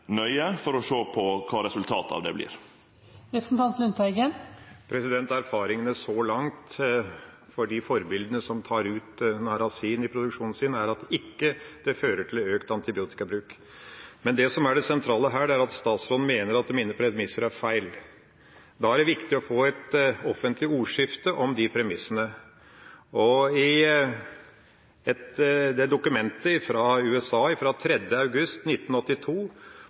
nøye, for å sjå kva resultatet av det vert. Erfaringene så langt fra de forbildene som tar narasin ut av produksjonen sin, er at det ikke fører til økt antibiotikabruk. Det som er det sentrale her, er at statsråden mener at mine premisser er feil. Da er det viktig å få et offentlig ordskifte om de premissene. Ifølge det dokumentet fra USA fra 3. august 1982,